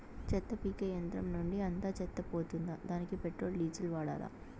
చెత్త పీకే యంత్రం నుండి అంతా చెత్త పోతుందా? దానికీ పెట్రోల్, డీజిల్ వాడాలా?